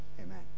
Amen